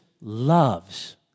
loves